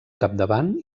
capdavant